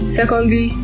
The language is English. secondly